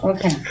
Okay